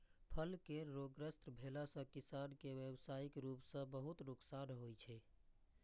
फल केर रोगग्रस्त भेला सं किसान कें व्यावसायिक रूप सं बहुत नुकसान होइ छै